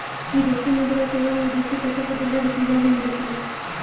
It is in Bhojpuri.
विदेशी मुद्रा सेवा में विदेशी पईसा बदलला के सुविधा भी मिलत हवे